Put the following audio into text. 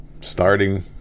starting